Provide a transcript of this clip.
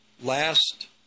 last